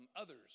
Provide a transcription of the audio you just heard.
others